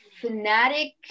fanatic